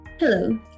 Hello